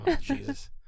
Jesus